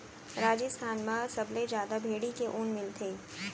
राजिस्थान म सबले जादा भेड़ी ले ऊन मिलथे